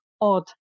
odd